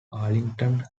arlington